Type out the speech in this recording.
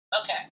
Okay